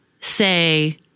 say